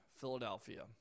Philadelphia